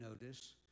notice